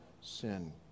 sin